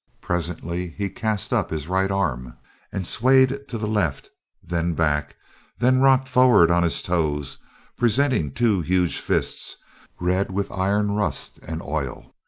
presently he cast up his right arm and swayed to the left then back then rocked forward on his toes presenting two huge fists red with iron-rust and oil.